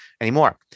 anymore